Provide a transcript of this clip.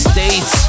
States